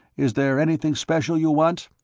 is there anything special you'll want?